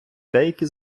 деякі